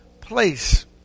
place